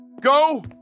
Go